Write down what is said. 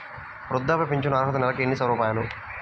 వృద్ధాప్య ఫింఛను అర్హత నెలకి ఎన్ని రూపాయలు?